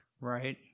right